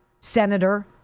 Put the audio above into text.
Senator